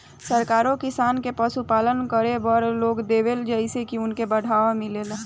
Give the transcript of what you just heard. सरकारो किसानन के पशुपालन करे बड़ लोन देवेले जेइसे की उनके बढ़ावा मिलेला